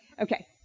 Okay